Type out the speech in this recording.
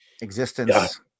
existence